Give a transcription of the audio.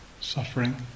Suffering